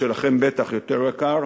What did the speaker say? שלכם בטח יותר יקר,